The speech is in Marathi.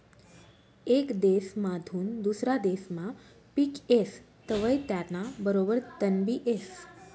येक देसमाधून दुसरा देसमा पिक येस तवंय त्याना बरोबर तणबी येस